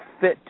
fit